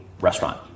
restaurant